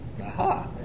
Aha